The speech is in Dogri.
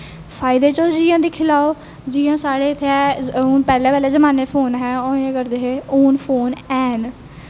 फायदे तुस जियां दिक्खी लैओ जियां इत्थें साढ़ै पैह्लें पैह्लें जमान्नै फोन नेईं होऐ करदे हे हून फोन हैन